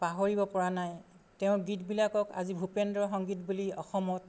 পাহৰিব পৰা নাই তেওঁৰ গীতবিলাকক আজি ভূপেন্দ্ৰ সংগীত বুলি অসমত